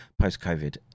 Post-COVID